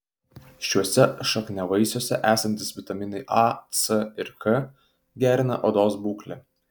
šiuose šakniavaisiuose esantys vitaminai a c ir k gerina odos būklę